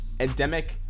endemic